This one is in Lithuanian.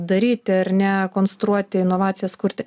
daryti ar ne konstruoti inovacijas kurti